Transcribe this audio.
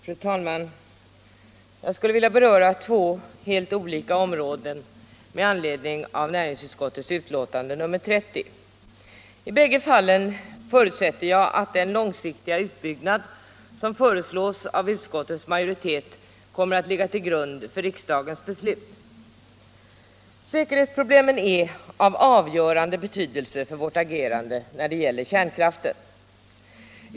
Fru talman! Jag skulle vilja beröra två helt olika områden med anledning av näringsutskottets betänkande nr 30. I bägge fallen förutsätter jag att den långsiktiga utbyggnad som föreslås av utskottets majoritet kommer att ligga till grund för riksdagens beslut. Säkerhetsproblemen är av avgörande betydelse för vårt agerande när det gäller kärnkraften.